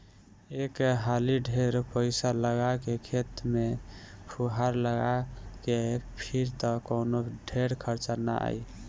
एक हाली ढेर पईसा लगा के खेत में फुहार लगा के फिर त कवनो ढेर खर्चा ना आई